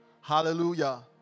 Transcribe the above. Hallelujah